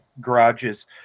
garages